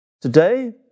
Today